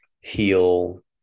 heal